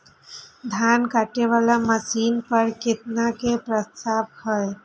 धान काटे वाला मशीन पर केतना के प्रस्ताव हय?